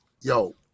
Yo